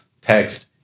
text